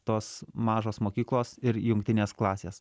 tos mažos mokyklos ir jungtinės klasės